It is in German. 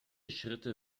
schritte